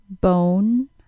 bone